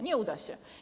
Nie uda się.